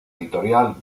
editorial